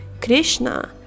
Krishna